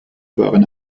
waren